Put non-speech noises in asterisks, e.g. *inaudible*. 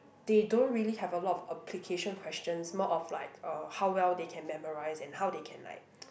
they don't really have a lot of application questions more of like uh how well they can memorise and how they can like *noise*